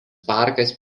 parkas